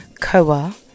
Koa